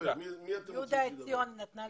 קפסולות --- סגן השר לביטחון הפנים דסטה גדי יברקן: